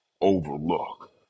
overlook